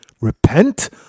repent